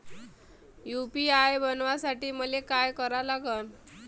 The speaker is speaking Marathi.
यू.पी.आय बनवासाठी मले काय करा लागन?